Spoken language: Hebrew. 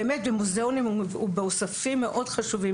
באמת הוא במוזיאונים ובאוספים מאוד חשובים